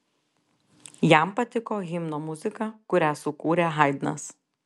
jam patiko himno muzika kurią sukūrė haidnas